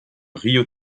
río